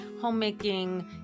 homemaking